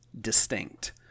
distinct